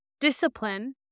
discipline